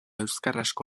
euskarazko